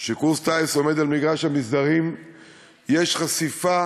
שקורס טיס עומד על מגרש המסדרים ויש חשיפה